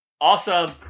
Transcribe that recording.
Awesome